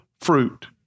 fruit